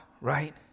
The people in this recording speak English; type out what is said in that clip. right